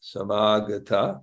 Samagata